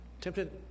tempted